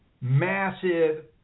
massive